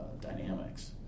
dynamics